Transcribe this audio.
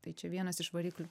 tai čia vienas iš variklių